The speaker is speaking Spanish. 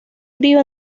frío